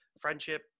friendship